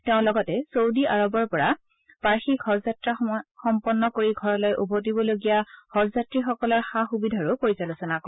তেওঁ লগতে ছৌদি আৰবৰ পৰা বাৰ্ষিক হজ যাত্ৰা সম্পন্ন কৰি ঘৰলৈ উভতিবলগীয়া হজযাত্ৰীসকলৰ সা সুবিধাৰো পৰ্যালোচনা কৰে